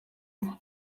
mva